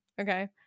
Okay